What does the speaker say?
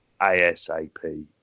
ASAP